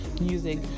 music